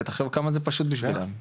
כי תחשוב כמה זה פשוט בשבילם,